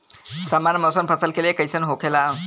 सामान्य मौसम फसल के लिए कईसन होखेला?